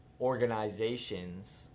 organizations